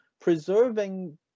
preserving